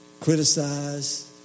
criticize